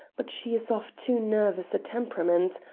but she is of too nervous a temperament.